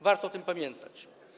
Warto o tym pamiętać.